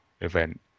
event